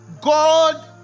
God